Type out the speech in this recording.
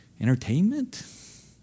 entertainment